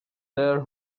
their